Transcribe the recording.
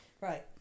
Right